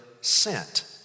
sent